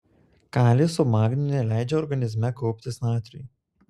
kalis su magniu neleidžia organizme kauptis natriui